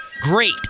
great